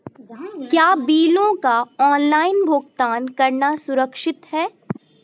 क्या बिलों का ऑनलाइन भुगतान करना सुरक्षित है?